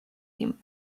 him